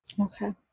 Okay